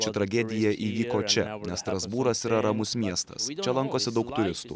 ši tragedija įvyko čia nes strasbūras yra ramus miestas čia lankosi daug turistų